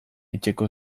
etxeko